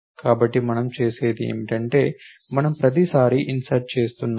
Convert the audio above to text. కాబట్టి మనం చేసేది ఏమిటంటే మనము ప్రతిసారి ఇన్సర్ట్ చేస్తున్నాము